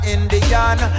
Indian